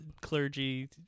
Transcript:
clergy